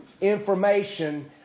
information